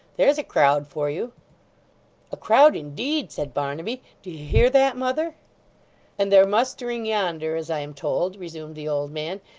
there's a crowd for you a crowd indeed said barnaby. do you hear that, mother and they're mustering yonder, as i am told resumed the old man,